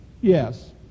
yes